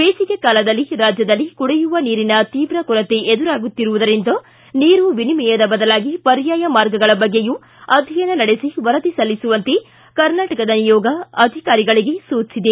ಬೇಸಿಗೆ ಕಾಲದಲ್ಲಿ ರಾಜ್ಯದಲ್ಲಿ ಕುಡಿಯುವ ನೀರಿನ ತೀವ್ರ ಕೊರತೆ ಎದುರಾಗುತ್ತಿರುವುದರಿಂದ ನೀರು ವಿನಿಮಯದ ಬದಲಾಗಿ ಪರ್ಯಾಯ ಮಾರ್ಗಗಳ ಬಗ್ಗೆಯೂ ಅಧ್ಯಯನ ನಡೆಸಿ ವರದಿ ಸಲ್ಲಿಸುವಂತೆ ಕರ್ನಾಟಕದ ನಿಯೋಗ ಅಧಿಕಾರಿಗಳಿಗೆ ಸೂಚಿಸಿದೆ